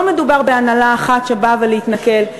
לא מדובר בהנהלה אחת שבאה להתנכל.